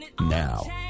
Now